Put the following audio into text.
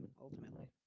ultimately